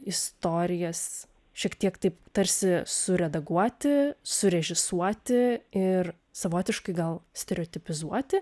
istorijas šiek tiek taip tarsi suredaguoti surežisuoti ir savotiškai gal stereotipizuoti